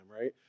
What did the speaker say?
right